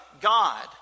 God